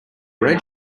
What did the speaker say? red